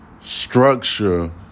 structure